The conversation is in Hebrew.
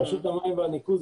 רשות המים והניקוז.